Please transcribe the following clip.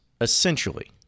essentially